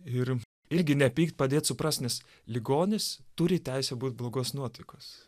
ir irgi nepykt padėt suprast nes ligonis turi teisę būt blogos nuotaikos